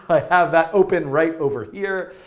i have that open right over here,